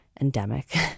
endemic